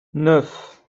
neuf